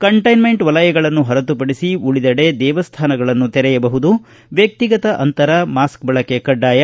containment ವಲಯಗಳನ್ನು ಹೊರತುಪಡಿಸಿ ಉಳಿದೆಡೆ ದೇವಸ್ಥಾನಗಳನ್ನು ತೆರೆಯಬಹುದು ವ್ಯಕ್ತಿಗತ ಅಂತರ ಮಾಸ್ಕ್ ಬಳಕೆ ಕಡ್ಡಾಯ